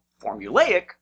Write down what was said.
formulaic